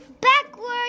Backward